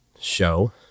show